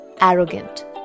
arrogant